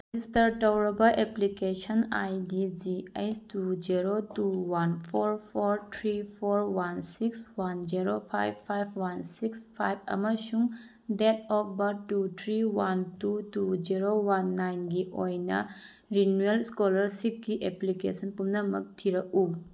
register ꯇꯧꯔꯕ application I D G H two zero two one four four three four one six one zero five five one six five ꯑꯃꯁꯨꯡ date of birth two three one two two zero one ꯅꯥꯏꯟꯒꯤ ꯑꯣꯏꯅ renewal ꯏꯁꯀꯣꯂꯥꯔꯁꯤꯞꯀꯤ application ꯄꯨꯝꯅꯃꯛ ꯊꯤꯔꯛꯎ